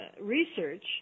research